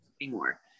anymore